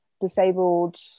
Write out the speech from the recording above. disabled